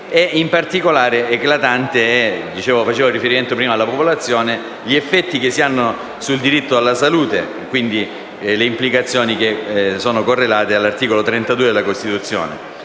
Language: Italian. in particolare eclatanti, visto che facevo riferimento prima alla popolazione, gli effetti sul diritto alla salute, quindi le implicazioni correlate all'articolo 32 della Costituzione.